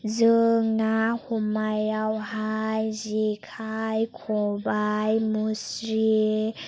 जों ना हमनायावहाय जेखाय खबाय मुस्रि